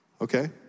Okay